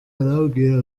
arambwira